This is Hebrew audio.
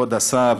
כבוד השר,